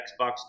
Xbox